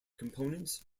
components